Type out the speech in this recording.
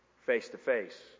face-to-face